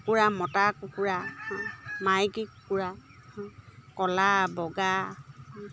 কুকুৰা মতা কুকুৰা মাইকী কুকুৰা ক'লা বগা